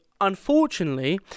unfortunately